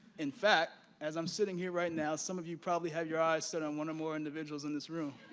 in fact, as i'm sitting here right now, some of you probably have your eyes set on one or more individuals in this room